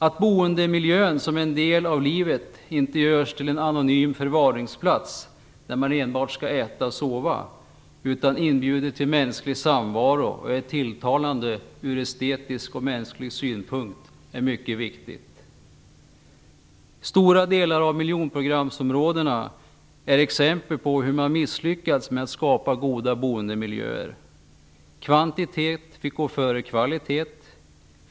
Att boendemiljön som en del av livet inte görs till en anonym förvaringsplats där man enbart skall äta och sova utan inbjuder till mänsklig samvaro och är tilltalande från estetisk och mänsklig synpunkt är mycket viktigt. Stora delar av miljonprogramsområdena är exempel på hur man har misslyckats med att skapa goda boendemiljöer. Kvantitet fick gå före kvalitet.